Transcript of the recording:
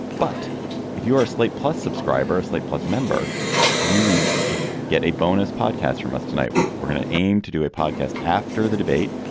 but if you're a slate plus subscriber a slate plus member you will get a bonus podcast from us tonight. we're we're going to aim to do a podcast after the debate.